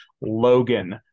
Logan